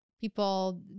people